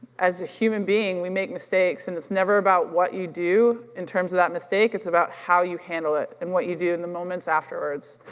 as a human being, we make mistakes and it's never about what you do, in terms of that mistake, it's about how you handle it and what you do in the moments afterwards.